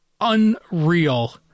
unreal